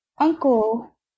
uncle